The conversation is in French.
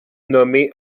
nommé